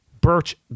Birch